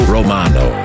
Romano